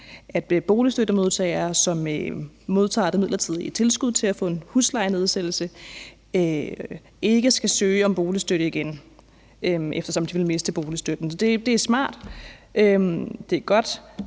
at boligstøttemodtagere, som modtager det midlertidige tilskud til en huslejenedsættelse, ikke skal søge om boligstøtte igen for at undgå at miste boligstøtten. Det er smart, det er godt,